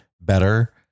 better